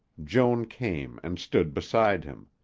joan came and stood beside him.